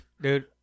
Dude